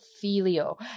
Filio